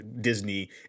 Disney